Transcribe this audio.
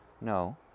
No